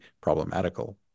problematical